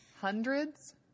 hundreds